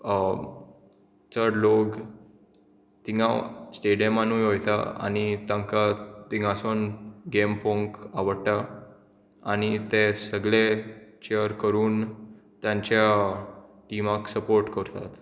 चड लोग थिंगां स्टेडियमानूय वयता आनी तांकां थिंगांसून गेम पळोवंक आवडटा आनी ते सगले च्यर करून तांच्या टिमाक सपोट करतात